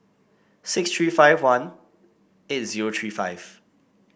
six three five one eight zero three five